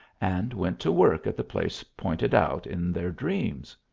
and went to work at the place pointed out in their dreams.